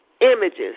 images